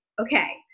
okay